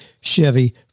Chevy